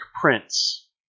Prince